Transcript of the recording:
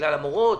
בגלל המורות,